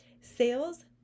Sales